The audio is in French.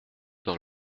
dans